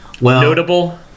Notable